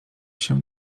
się